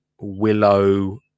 willow